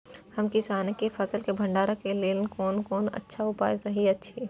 हम किसानके फसल के भंडारण के लेल कोन कोन अच्छा उपाय सहि अछि?